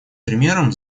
примером